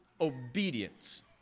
obedience